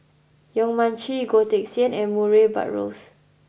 Yong Mun Chee Goh Teck Sian and Murray Buttrose